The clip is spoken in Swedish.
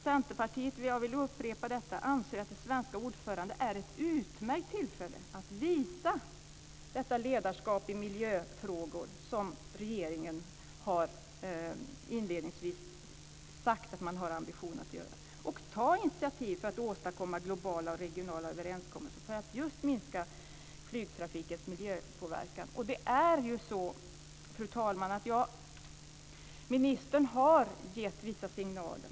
Centerpartiet - jag vill upprepa detta - anser att det svenska ordförandeskapet innebär ett utmärkt tillfälle att visa det ledarskap i miljöfrågor som regeringen inledningsvis har sagt att man har ambitionen att göra och ta initiativ för att åstadkomma globala och regionala överenskommelser för att just minska flygtrafikens miljöpåverkan. Fru talman! Ministern har gett vissa signaler.